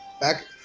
back